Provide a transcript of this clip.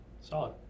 Solid